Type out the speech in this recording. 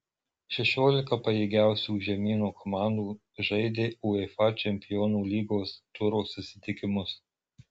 šešiolika pajėgiausių žemyno komandų žaidė uefa čempionų lygos turo susitikimus